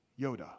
Yoda